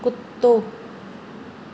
कुत्तो